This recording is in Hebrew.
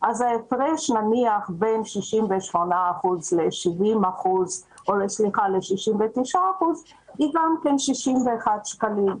וההפרש בין 68% ל-69% למשל הוא גם 61 שקלים,